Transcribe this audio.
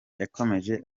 yakomeje